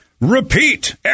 repeat